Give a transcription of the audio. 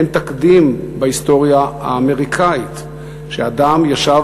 אין תקדים בהיסטוריה האמריקנית שאדם ישב